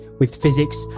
with physics,